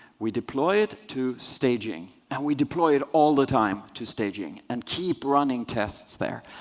we deploy it to staging, and we deploy it all the time to staging and keep running tests there.